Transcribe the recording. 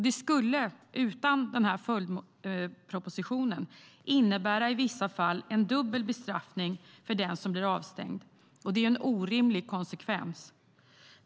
Det skulle utan denna följdproposition i vissa fall innebära en dubbel bestraffning för den som blir avstängd. Det är en orimlig konsekvens.